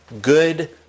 good